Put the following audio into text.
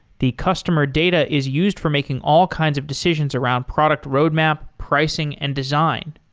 the customer data is used for making all kinds of decisions around product roadmap, pricing and design.